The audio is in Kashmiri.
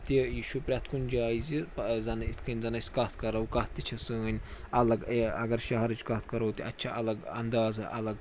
تہِ یہِ چھُ پرٛتھ کُنہِ جایہِ زِ زَن یِتھٕ کٔنۍ زَن أسۍ کَتھ کَرو کَتھ تہِ چھِ سٲنۍ الگ اگر شَہرٕچ کَتھ کَرو تہٕ اتہِ چھِ الگ انٛدازٕ الگ